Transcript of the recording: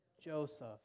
Joseph